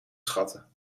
schatten